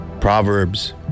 Proverbs